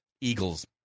Eagles